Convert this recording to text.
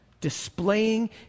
displaying